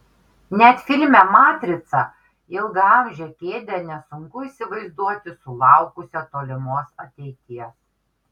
net filme matrica ilgaamžę kėdę nesunku įsivaizduoti sulaukusią tolimos ateities